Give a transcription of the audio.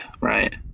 right